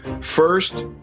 First